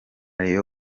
real